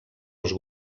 els